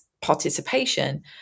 participation